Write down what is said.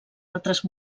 altres